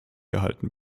gehalten